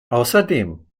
außerdem